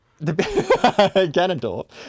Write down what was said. Ganondorf